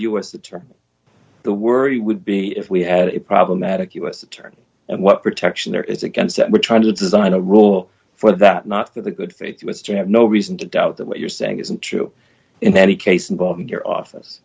the term the worry would be if we had a problematic u s attorney and what protection there is against that we're trying to design a rule for that not that the good faith was to have no reason to doubt that what you're saying isn't true in any case involving your office